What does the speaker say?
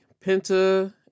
Penta